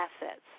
assets